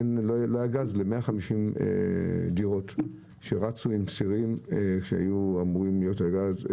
ל-150 דירות שרצו עם סירים שהיו אמורים להיות על הגז.